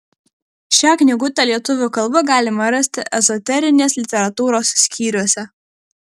šią knygutę lietuvių kalba galima rasti ezoterinės literatūros skyriuose